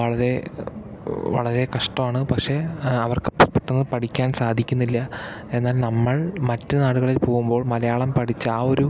വളരെ വളരെ കഷ്ടമാണ് പക്ഷെ അവർക്കിപ്പോൾ പെട്ടെന്ന് പഠിക്കാൻ സാധിക്കുന്നില്ല എന്നാൽ നമ്മൾ മറ്റു നാടുകളിൽ പോകുമ്പോൾ മലയാളം പഠിച്ച ആ ഒരു